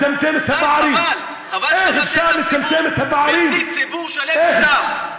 חבל, חבל שאתה מסית ציבור, מסית ציבור שלם, סתם.